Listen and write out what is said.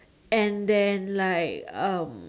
and then like um